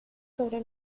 sobre